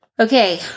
Okay